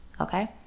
Okay